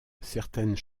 certaines